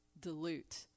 dilute